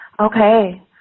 Okay